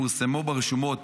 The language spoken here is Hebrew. פורסמו ברשומות